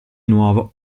nuovo